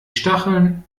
stacheln